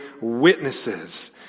witnesses